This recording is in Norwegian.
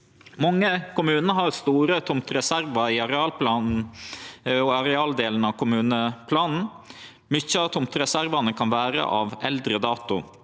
Mange kommunar har store tomtereservar i arealdelen av kommuneplanen. Mykje av tomtereservane kan vere av eldre dato.